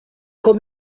com